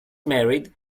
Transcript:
married